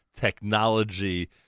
technology